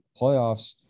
playoffs